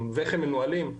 ואיך הם מנוהלים.